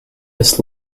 his